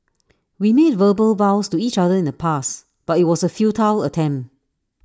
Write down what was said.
we made verbal vows to each other in the past but IT was A futile attempt